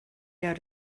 out